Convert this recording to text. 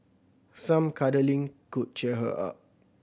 some cuddling could cheer her up